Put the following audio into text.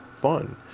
fun